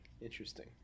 interesting